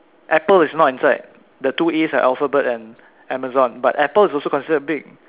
Apple is not inside the two A's are Alphabet and Amazon but Apple is also considered big